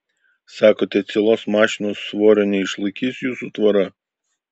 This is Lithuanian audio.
sakote cielos mašinos svorio neišlaikys jūsų tvora